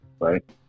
right